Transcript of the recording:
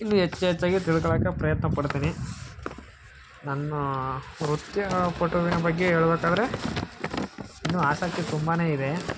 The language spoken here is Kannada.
ಇನ್ನೂ ಹೆಚ್ಚು ಹೆಚ್ಚಾಗಿ ತಿಳ್ಕೊಳ್ಳಿಕ್ಕೆ ಪ್ರಯತ್ನ ಪಡ್ತೀನಿ ನನ್ನ ನೃತ್ಯಪಟುವಿನ ಬಗ್ಗೆ ಹೇಳ್ಬೇಕಾದ್ರೆ ಇನ್ನೂ ಆಸಕ್ತಿ ತುಂಬಾ ಇದೆ